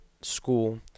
school